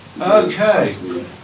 Okay